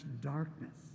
darkness